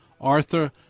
Arthur